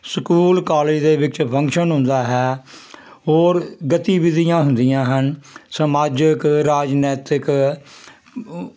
school college ਦੇ ਵਿੱਚ function ਹੁੰਦਾ ਹੈ ਹੋਰ ਗਤੀਵਿਧੀਆਂ ਹੁੰਦੀਆਂ ਹਨ ਸਮਾਜਿਕ ਰਾਜਨੀਤਿਕ